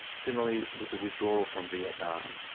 similarly with the withdrawal from vietnam,